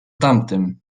tamtym